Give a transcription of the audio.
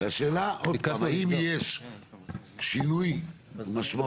השאלה, עוד פעם, האם יש שינוי משמעותי?